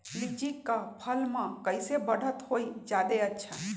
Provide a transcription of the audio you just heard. लिचि क फल म कईसे बढ़त होई जादे अच्छा?